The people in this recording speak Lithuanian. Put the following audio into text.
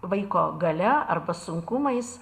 vaiko galia arba sunkumais